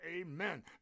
Amen